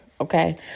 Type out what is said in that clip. okay